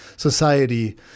society